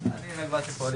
11:40.